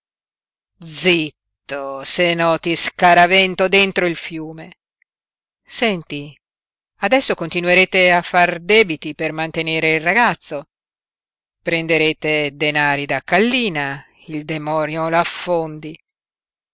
zitto se no ti scaravento dentro il fiume senti adesso continuerete a far debiti per mantenere il ragazzo prenderete denari da kallina il demonio l'affondi